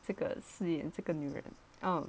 这个 si yan 这个女人 um